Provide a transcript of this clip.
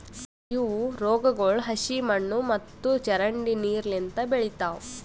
ಇವು ರೋಗಗೊಳ್ ಹಸಿ ಮಣ್ಣು ಮತ್ತ ಚರಂಡಿ ನೀರು ಲಿಂತ್ ಬೆಳಿತಾವ್